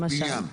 למשל.